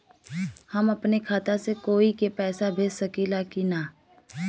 हम अपने खाता से कोई के पैसा भेज सकी ला की ना?